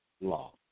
law